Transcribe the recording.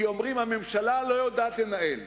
כי אומרים: הממשלה לא יודעת לנהל,